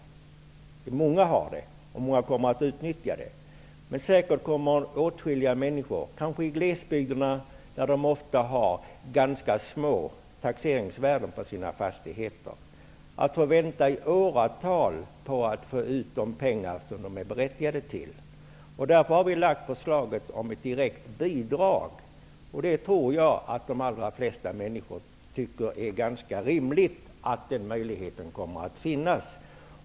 Många har ekonomi till det och kommer att utnyttja avdragsrätten, men åtskilliga människor -- kanske de i glesbygden där man ofta har ganska små taxeringsvärden på sina fastigheter -- kommer säkerligen att få vänta i åratal på att få ut de pengar som de är berättigade till. Vi har därför lagt fram förslag om ett direkt bidrag. Jag tror att de flesta människor anser att det är ganska rimligt att en sådan möjlighet finns.